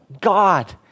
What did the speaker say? God